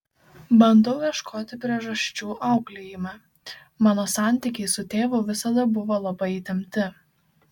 bandau ieškoti priežasčių auklėjime mano santykiai su tėvu visada buvo labai įtempti